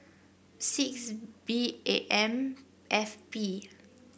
six B A M F P